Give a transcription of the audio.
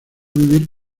vivir